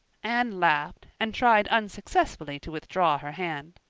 anne laughed and tried unsuccessfully to withdraw her hand.